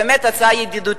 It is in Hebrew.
באמת, הצעה ידידותית: